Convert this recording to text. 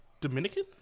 Dominican